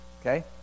Okay